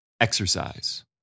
exercise